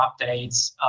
updates